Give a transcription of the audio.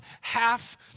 half-